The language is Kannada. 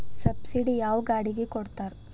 ಸಬ್ಸಿಡಿ ಯಾವ ಗಾಡಿಗೆ ಕೊಡ್ತಾರ?